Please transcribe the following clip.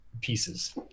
pieces